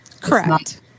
Correct